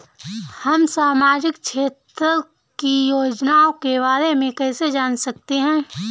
हम सामाजिक क्षेत्र की योजनाओं के बारे में कैसे जान सकते हैं?